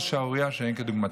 זה שערורייה שאין כדוגמתה.